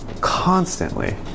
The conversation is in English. constantly